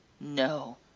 No